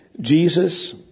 Jesus